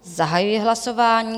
Zahajuji hlasování.